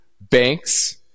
Banks